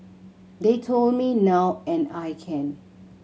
they told me now and I can